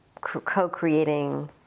co-creating